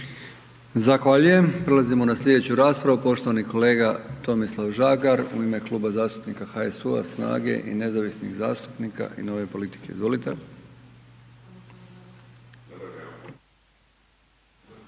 Zahvaljujem, prelazimo na slijedeću raspravu, poštovani kolega Tomislav Žagar u ime Kluba zastupnika HSU-a, SNAGA-e i nezavisnih zastupnika i Nove politike, izvolite.